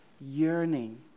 yearning